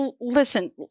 Listen